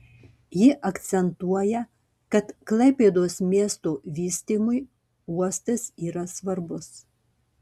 ji akcentuoja kad klaipėdos miesto vystymui uostas yra svarbus